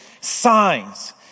signs